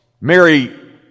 Mary